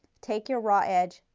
take you raw edge,